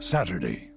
Saturday